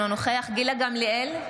אינו נוכח גילה גמליאל,